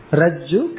Raju